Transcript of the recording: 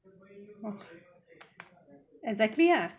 exactly ah